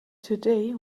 today